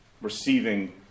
Receiving